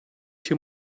too